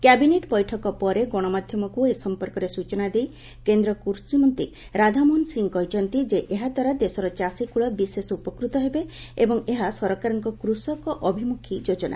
cabinet ବୈଠକ ପରେ ଗଣମାଧ୍ୟମକୁ ଏ ସଂପର୍କରେ ସୂଚନା ଦେଇ କେନ୍ଦ୍ର କୁଷିମନ୍ତ୍ରୀ ରାଧମୋହନ ସିଂ କହିଛନ୍ତି ଯେ ଏହା ଦ୍ୱାରା ଦେଶର ଚାଷୀକୁଳ ବିଶେଷ ଉପକୂତ ହେବେ ଏବଂ ଏହା ସରକାରଙ୍କ କୃଷକ ଅଭିମୁଖୀ ଯୋଜନା